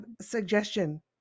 suggestion